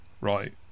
right